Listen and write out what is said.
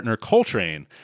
Coltrane